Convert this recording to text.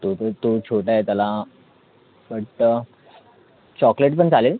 तो तर तो छोटा आहे त्याला बट्ट चॉकलेट पण चालेल